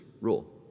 rule